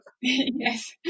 Yes